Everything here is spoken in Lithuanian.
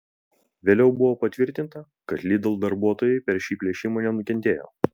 vėliau buvo patvirtinta kad lidl darbuotojai per šį plėšimą nenukentėjo